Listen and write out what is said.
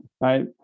right